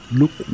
look